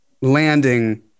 landing